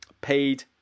paid